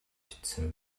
бичсэн